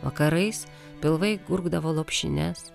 vakarais pilvai gurgdavo lopšines